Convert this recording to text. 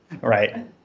Right